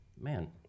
man